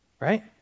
Right